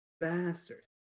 Bastard